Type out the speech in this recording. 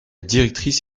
directrice